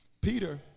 Peter